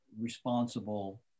responsible